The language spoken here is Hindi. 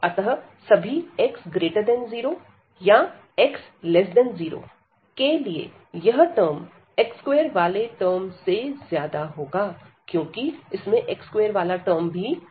अतः सभी x0 याx0 यह टर्म x2 वाले टर्म से ज्यादा होगा क्योंकि इसमें x2 वाला टर्म भी है